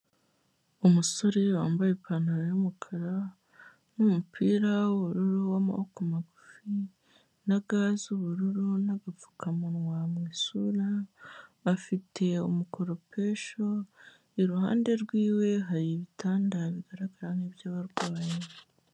Umusore wambaye ipantaro y'umukara n'umupira w'ubururu w'amaboko magufi na ga z'ubururu n'agapfukamunwa mu isura, afite umukoropesho, iruhande rwiwe hari ibitanda bigaragara nk'iby'abarwayi.